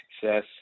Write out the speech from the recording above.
success